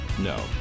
No